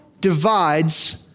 divides